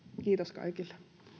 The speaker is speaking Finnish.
kiitos kaikille